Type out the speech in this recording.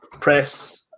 press